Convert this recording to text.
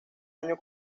año